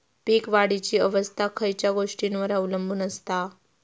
पीक वाढीची अवस्था खयच्या गोष्टींवर अवलंबून असता?